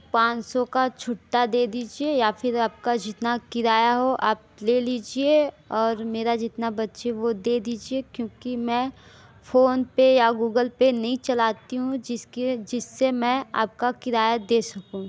पाँच सौ का छूटा दे दीजिए या फिर आपका जितना किराया हो आप ले लीजिए और मेरा जितना बचे वह दे दीजिए क्योंकि मैं क्योंकि मैं फोनपे या गूगल पे नहीं चलाती हूँ जिसके जिससे मैं आपका किराया दे सकूँ